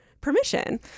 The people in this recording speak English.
permission